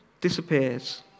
disappears